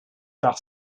par